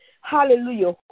hallelujah